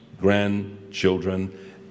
grandchildren